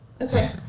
Okay